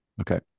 Okay